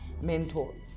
mentors